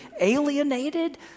Alienated